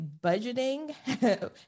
budgeting